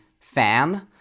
fan